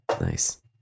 Nice